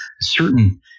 certain